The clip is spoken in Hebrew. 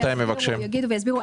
הם יגידו ויסבירו.